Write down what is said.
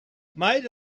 might